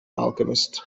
alchemist